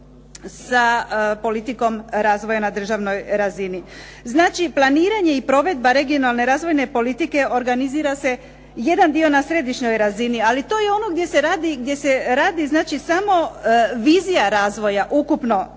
sa politikom razvoja na državnoj razini. Znači planiranje i provedba regionalne razvojne politike organizira se jedan dio na središnjoj razini ali to je ono gdje se radi samo vizija razvoja ukupno